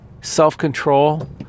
self-control